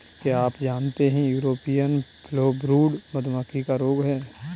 क्या आप जानते है यूरोपियन फॉलब्रूड मधुमक्खी का रोग है?